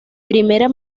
primera